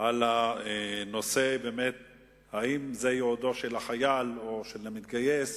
על הנושא, האם זה ייעודו של החייל או המתגייס